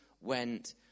went